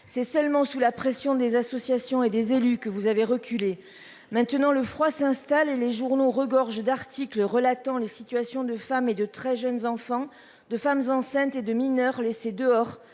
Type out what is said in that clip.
c'est seulement sous la pression des associations et des élus que vous avez reculé. Maintenant le froid s'installe et les journaux regorgent d'articles relatant les situations de femmes et de très jeunes enfants de femmes enceintes et de mineurs laissé dehors